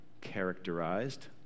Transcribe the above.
characterized